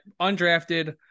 undrafted